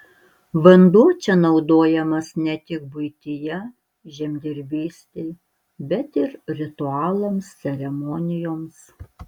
vanduo čia naudojamas ne tik buityje žemdirbystei bet ir ritualams ceremonijoms